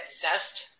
zest